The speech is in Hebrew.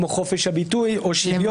כמו חופש הביטוי או שוויון.